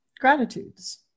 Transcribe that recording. gratitudes